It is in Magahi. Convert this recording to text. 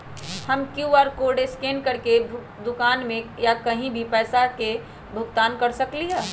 हम कियु.आर कोड स्कैन करके दुकान में या कहीं भी पैसा के भुगतान कर सकली ह?